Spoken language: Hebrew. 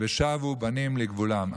ושבו בנים לגבולם".